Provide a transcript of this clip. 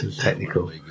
technical